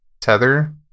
tether